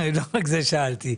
לא רק זה שאלתי,